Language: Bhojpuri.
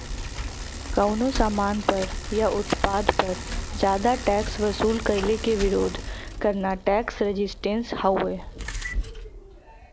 कउनो सामान पर या उत्पाद पर जादा टैक्स वसूल कइले क विरोध करना टैक्स रेजिस्टेंस हउवे